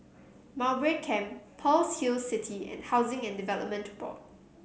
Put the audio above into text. Mowbray Camp Pearl's Hill City and Housing and Development Board